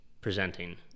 presenting